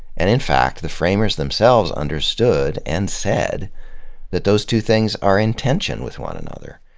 and in fact, the framers themselves understood and said that those two things are in tension with one another.